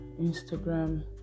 Instagram